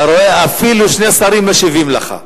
אתה רואה, אפילו שני שרים משיבים לך.